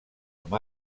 amb